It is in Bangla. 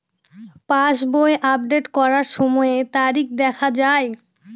পাসবই আপডেট করার সময়ে তারিখ দেখা য়ায়?